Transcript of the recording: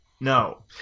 No